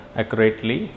accurately